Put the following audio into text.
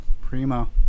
Primo